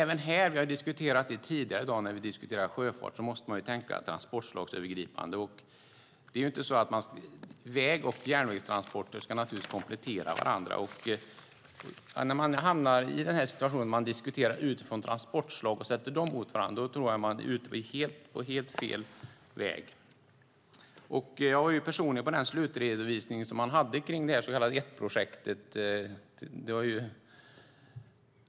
Precis som när vi tidigare i dag diskuterade sjöfarten måste man även här tänka transportslagsövergripande. Väg och järnvägstransporter ska naturligtvis komplettera varandra. När man hamnar i situationen att diskutera utifrån transportslag och sätter dem mot varandra tror jag att man är på helt fel väg. Jag var personligen på slutredovisningen kring det så kallade ETT-projektet.